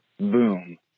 Boom